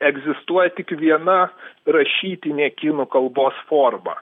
egzistuoja tik viena rašytinė kinų kalbos forma